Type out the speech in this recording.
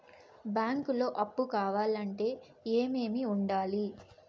బ్యాంకులో అప్పు కావాలంటే ఏమేమి ఉండాలి?